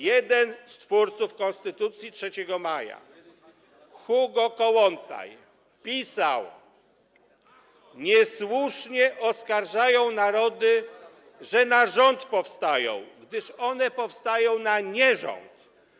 Jeden z twórców Konstytucji 3 maja, Hugo Kołłątaj, pisał: „Niesłusznie oskarżają narody, że na rząd powstają, gdyż one powstają na nierząd”